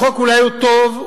החוק אולי הוא טוב,